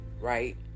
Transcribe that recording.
right